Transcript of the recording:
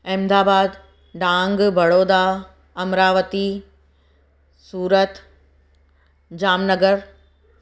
Ahmedabad Dang Baroda Amravati Surat Jamnagar